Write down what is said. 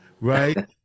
right